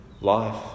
life